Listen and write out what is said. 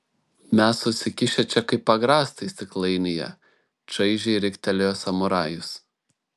mes susikišę čia kaip agrastai stiklainyje čaižiai riktelėjo samurajus